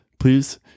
Please